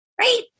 Right